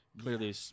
Clearly